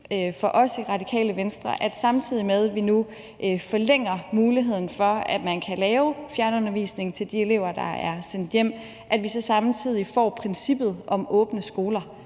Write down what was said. for os i Radikale Venstre, at vi, samtidig med at vi nu forlænger muligheden for, at man kan lave fjernundervisning til de elever, der er sendt hjem, får princippet om åbne skoler